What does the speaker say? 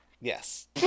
yes